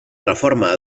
reforma